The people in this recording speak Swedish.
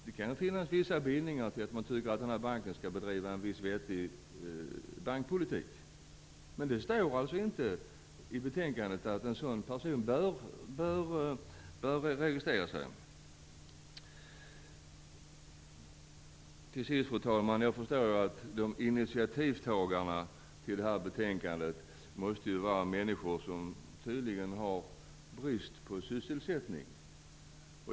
Det kan finnas vissa bindningar till att en sådan person tycker att banken skall bedriva en viss vettig bankpolitik, men det står alltså inte i betänkandet att en sådan person bör registrera sig. Till sist, fru talman, förstår jag att initiativtagarna till det här betänkandet måste vara människor som har brist på sysselsättning.